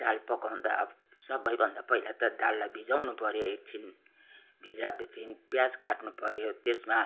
दाल पकाउँदा सबैभन्दा पहिला त दाललाई भिजाउनु पऱ्यो एकछिन भिजाएपछि प्याज काट्नु पऱ्यो त्यसमा